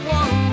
one